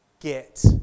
Get